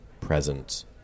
present